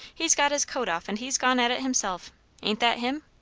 he's got his coat off and he's gone at it himself ain't that him?